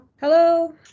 Hello